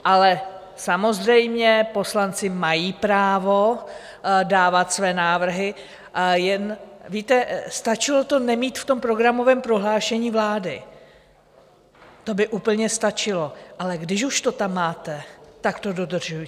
Ale samozřejmě poslanci mají právo dávat své návrhy, jen víte, stačilo to nemít v programovém prohlášení vlády, to by úplně stačilo, ale když už to tam máte, tak to dodržujte.